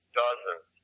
dozens